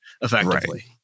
effectively